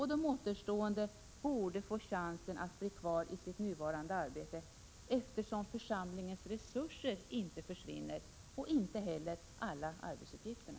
De återstående borde få chansen att bli kvar i sitt nuvarande arbete, eftersom församlingarnas resurser inte försvinner och inte heller alla arbetsuppgifterna.